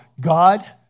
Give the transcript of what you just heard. God